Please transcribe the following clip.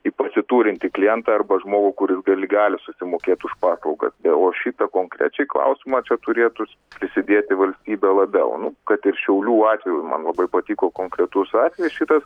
į pasiturintį klientą arba žmogų kuris gali gali susimokėt už paslaugas ne o šita konkrečiai klausimą čia turėtų prisidėti valstybė labiau nu kad ir šiaulių atveju man labai patiko konkretus atvejis šitas